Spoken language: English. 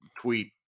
tweet